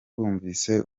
bumvise